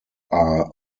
are